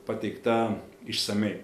pateikta išsamiai